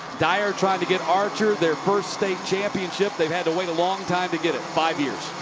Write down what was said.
dyer trying to get archer their first state championship. they've had to wait a long time to get it, five years.